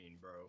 bro